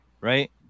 right